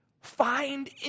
Find